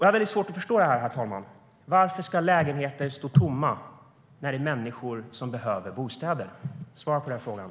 Jag har väldigt svårt att förstå varför lägenheter ska stå tomma när det finns människor som behöver bostäder. Svara på den frågan!